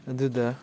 ꯑꯗꯨꯗ